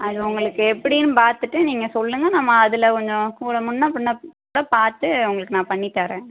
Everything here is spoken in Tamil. அது உங்களுக்கு எப்படின்னு பார்த்துட்டு நீங்கள் சொல்லுங்கள் நம்ம அதில் கொஞ்சம் கூட முன்னே பின்னே கூட பா பார்த்து உங்களுக்கு நான் பண்ணித் தர்றேன்